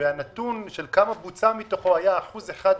והנתון של כמה בוצע מתוכו היה 1% אולי.